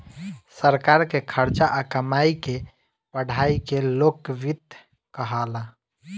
सरकार के खर्चा आ कमाई के पढ़ाई के लोक वित्त कहाला